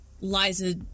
Liza